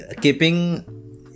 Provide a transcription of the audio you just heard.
keeping